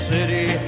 City